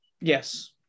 Yes